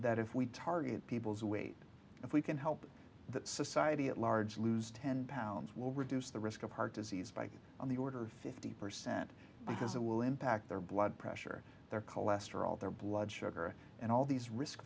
that if we target people's weight if we can help that society at large lose ten pounds will reduce the risk of heart disease by on the order of fifty percent because it will impact their blood pressure their cholesterol their blood sugar and all these risk